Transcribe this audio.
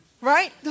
Right